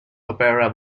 opera